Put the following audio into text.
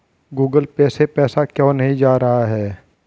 Google Pay से पैसा क्यों नहीं जा रहा है?